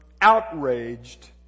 outraged